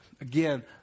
Again